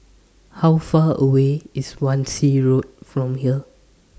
How Far away IS Wan Shih Road from here